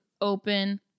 Open